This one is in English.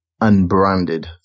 unbranded